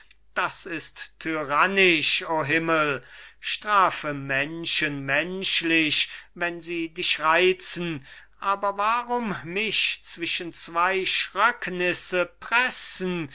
das ist tyrannisch o himmel strafe menschen menschlich wenn sie dich reizen aber warum mich zwischen zwei schrecknisse pressen